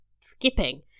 skipping